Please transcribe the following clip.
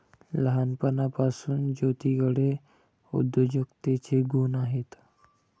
लहानपणापासून ज्योतीकडे उद्योजकतेचे गुण आहेत